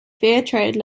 fairtrade